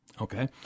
Okay